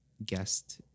guest